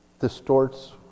distorts